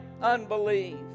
unbelief